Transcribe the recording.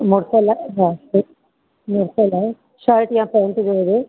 मुड़ुस लाइ खपे मुड़ुस लाइ शर्ट या पैंट जो हुजे